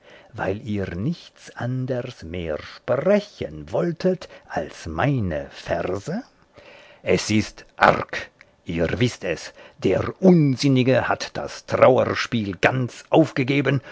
weil ihr nichts anders mehr sprechen wolltet als meine verse es ist arg ihr wißt es der unsinnige hat das trauerspiel ganz aufgegeben